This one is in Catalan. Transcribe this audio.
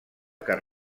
que